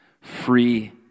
free